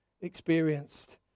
experienced